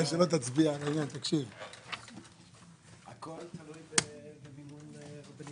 הצעת קביעת סכום ההשתתפות המיוחד של הממשלה בהוצאות